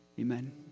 Amen